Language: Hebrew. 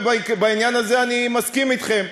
ובעניין הזה אני מסכים אתכם.